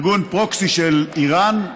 ארגון proxy של איראן.